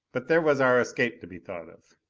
but there was our escape to be thought of.